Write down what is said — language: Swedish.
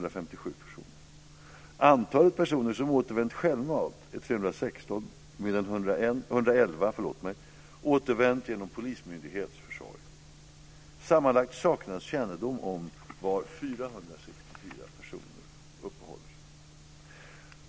Antalet personer som återvänt självmant är 316, medan 111 återvänt genom polismyndighets försorg. Sammanlagt saknas kännedom om var 464 personer uppehåller sig.